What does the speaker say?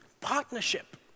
partnership